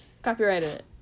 Copyrighted